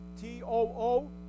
T-O-O